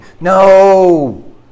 No